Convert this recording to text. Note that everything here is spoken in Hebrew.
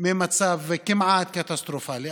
ממצב כמעט קטסטרופלי,